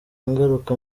ngaruka